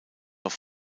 auch